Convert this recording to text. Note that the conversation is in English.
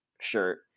shirt